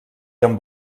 amb